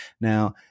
Now